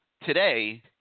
today